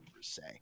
say